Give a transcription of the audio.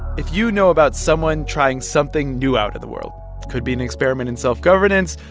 if you know about someone trying something new out in the world could be an experiment in self-governance,